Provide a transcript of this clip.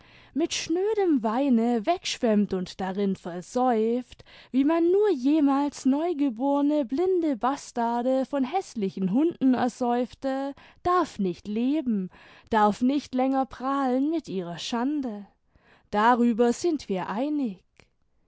mit schnödem weine wegschwemmt und darin versäuft wie man nur jemals neugeborne blinde bastarde von häßlichen hunden ersäufte darf nicht leben darf nicht länger prahlen mit ihrer schande darüber sind wir einig